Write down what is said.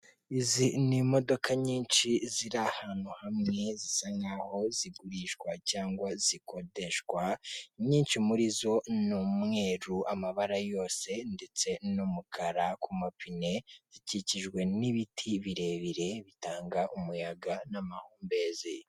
Izi ni imodoka nyinshi ziri ahantu hamwe zisa nkaho zigurishwa cyangwa zikodeshwa, nyinshi muri zo ni umweru amabara yose ndetse n'umukara ku mapine zikikijwe n'ibiti birebire bitanga umuyaga n'amahumbezi.;